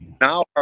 now